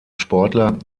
sportler